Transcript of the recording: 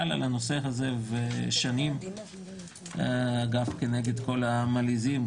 על הנושא הזה שנים כנגד כל המלעיזים.